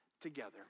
together